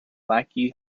lackey